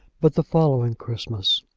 but the following christmas,